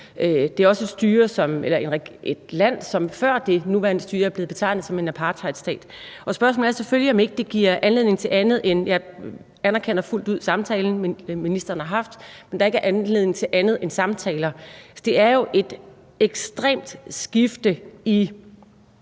Det er også et land, som før det nuværende styre er blevet betegnet som en apartheidstat. Spørgsmålet er selvfølgelig, om det ikke giver anledning til andet end samtaler. Jeg anerkender fuldt ud den samtale, ministeren har haft, men giver det ikke anledning til andet end samtaler? Altså, det er jo et ekstremt skifte i